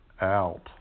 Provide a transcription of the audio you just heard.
out